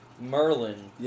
Merlin